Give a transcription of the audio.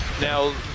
Now